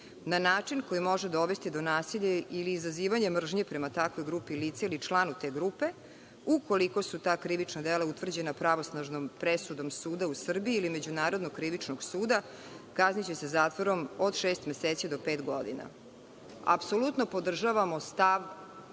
na način na koji može dovesti do nasilja ili izazivanje mržnje prema takvoj grupi lica ili članu te grupe, ukoliko su ta krivična dela utvrđena pravosnažnom presudom suda u Srbiji ili Međunarodnog krivičnog suda, kazniće se zatvorom od šest meseci do pet godina. Apsolutno podržavamo stav